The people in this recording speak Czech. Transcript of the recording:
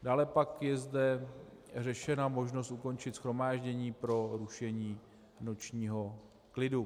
Dále pak je zde řešena možnost ukončit shromáždění pro rušení nočního klidu.